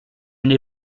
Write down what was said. n’ai